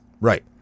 right